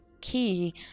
key